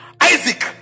Isaac